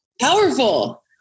Powerful